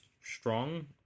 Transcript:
strong